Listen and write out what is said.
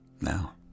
Now